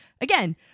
Again